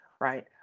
right